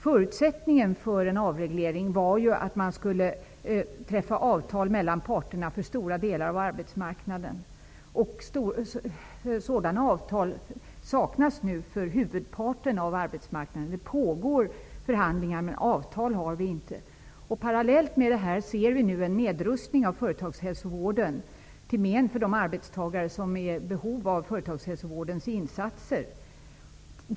Förutsättningen för en avreglering var ju att man skulle träffa ett avtal mellan stora delar av arbetsmarknadens parter. Sådana avtal saknas nu för huvudparten av arbetsmarknaden. Det pågår förhandlingar, men det finns inget avtal. Parallellt kan vi nu se en nedrustning av företagshälsovården till men för de arbetstagare som är i behov av företagshälsovårdens insatser.